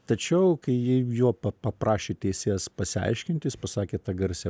tačiau kai ji jo pa paprašė teisėjas pasiaiškinti jis pasakė tą garsią